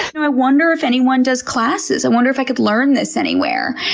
i wonder if anyone does classes? i wonder if i could learn this anywhere?